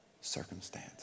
circumstance